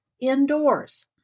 Indoors